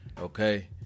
Okay